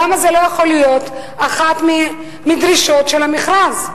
למה זה לא יכול להיות אחת מדרישות המכרז?